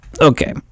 Okay